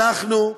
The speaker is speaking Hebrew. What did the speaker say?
אנחנו,